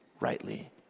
rightly